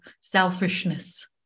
selfishness